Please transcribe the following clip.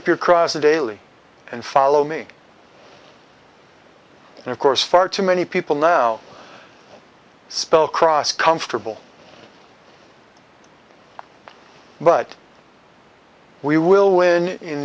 up your cross the daily and follow me and of course far too many people now spell cross comfortable but we will win in